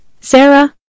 Sarah